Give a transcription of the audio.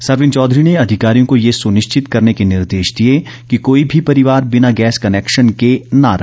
सरवीण चौधरी ने अधिकारियों को ये सुनिश्ति करने के निर्देश दिए कि कोई भी परिवार बिना गैस कनैक्शन के न रहे